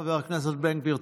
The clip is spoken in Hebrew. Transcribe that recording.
חבר הכנסת בן גביר,